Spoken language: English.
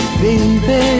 baby